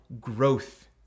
growth